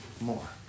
more